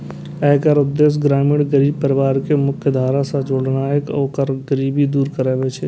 एकर उद्देश्य ग्रामीण गरीब परिवार कें मुख्यधारा सं जोड़नाय आ ओकर गरीबी दूर करनाय छै